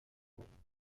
volúmenes